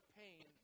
pain